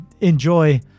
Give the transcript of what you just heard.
enjoy